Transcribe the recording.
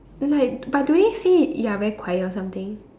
like but do they say you are very quiet or something